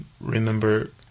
remember